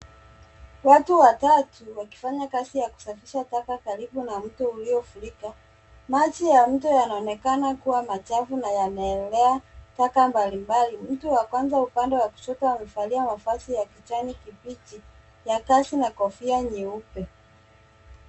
Watu watatu wakifanya kazi ya kusafisha taka karibu na mto uliofurika. Maji ya mto yanaonekana kuwa machafu na yameelea taka mbalimbali. Mtu wa kwanza upande wa kushoto amevalia mavazi ya kijani kibichi ya kazi na kofia nyeupe.